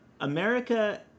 America